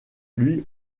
lui